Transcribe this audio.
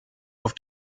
auf